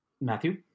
Matthew